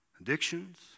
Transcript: addictions